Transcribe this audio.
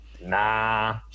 nah